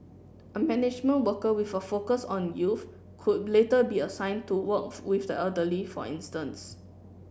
a management worker with a focus on youth could later be assign to work with the elderly for instance